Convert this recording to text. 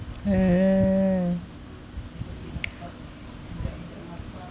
uh